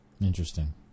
Interesting